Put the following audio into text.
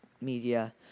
media